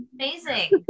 amazing